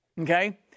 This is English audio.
okay